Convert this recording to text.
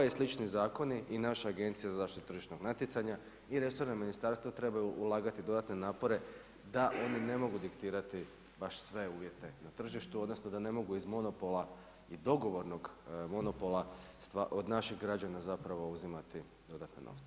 Ovi i slični zakoni i naša agencija za zaštitu tržišnog natjecanja i resorno ministarstva trebaju ulagati dodatne napore, da oni ne mogu diktirati baš sve uvjete na tržištu, odnosno da ne mogu iz monopola i dogovornog monopola od naših građana zapravo uzimati dodatne novce.